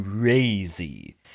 crazy